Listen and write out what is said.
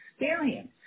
experience